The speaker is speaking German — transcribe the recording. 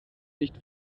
nicht